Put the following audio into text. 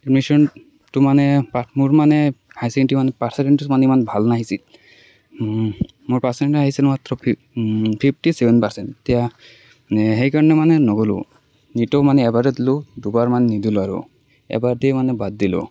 এডমিচনটো মানে পাঠবোৰ মানে হাই ছেকেণ্ডেৰী মানে পাৰ্চেণ্টিছটো মানে ইমান ভাল নাহিছিল মোৰ পাৰ্চেন আহিছিল মাত্ৰ ফিফটি ছেভেন পাৰ্চেন এতিয়া সেইকাৰণে মানে নগ'লো নিটো মানে এবাৰে দিলোঁ দুবাৰমান মানে নিদিলোঁ আৰু দুবাৰ দি মানে বাদ দিলোঁ